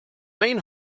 main